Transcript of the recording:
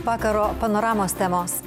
vakaro panoramos temos